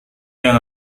yang